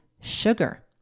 sugar